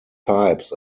types